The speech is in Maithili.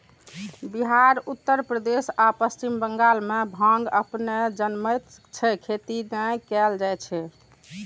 बिहार, उत्तर प्रदेश आ पश्चिम बंगाल मे भांग अपने जनमैत छै, खेती नै कैल जाए छै